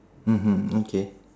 mmhmm okay